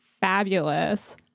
fabulous